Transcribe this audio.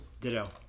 ditto